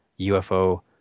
UFO